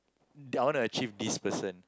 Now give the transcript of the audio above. I want to achieve this person